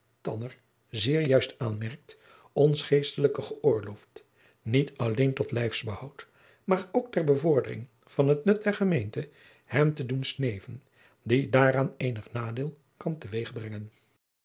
zeer juist aanmerkt ons geestelijken gëoorloofd niet alleen tot lijfsbehoud maar ook ter bevordering van het nut der gemeente hem te doen sneven die daaraan eenig nadeel kan te weeg brengen